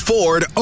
Ford